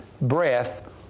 breath